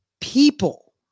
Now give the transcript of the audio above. people